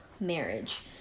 marriage